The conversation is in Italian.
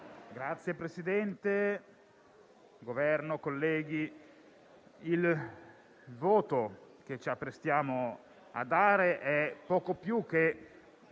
rappresentante del Governo, colleghi, il voto che ci apprestiamo a dare è poco più che